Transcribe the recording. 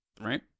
right